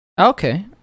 Okay